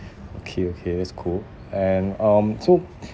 okay okay that's cool and um so